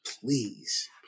Please